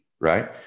right